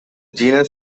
genus